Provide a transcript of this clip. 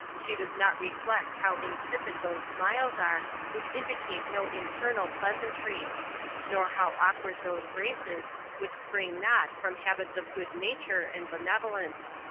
she does not reflect how insipid those smiles are, which indicate no internal pleasantry nor how awkward those graces, which spring not from habits of good-nature and benevolence.